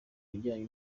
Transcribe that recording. bijyanye